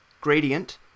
gradient